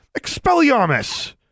Expelliarmus